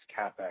CAPEX